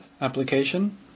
application